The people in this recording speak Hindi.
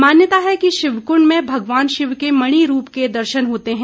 मान्यता है कि शिवकुंड में भगवान शिव के मणि रूप के दर्शन होते हैं